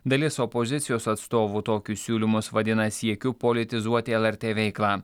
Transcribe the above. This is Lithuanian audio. dalis opozicijos atstovų tokius siūlymus vadina siekiu politizuoti lrt veiklą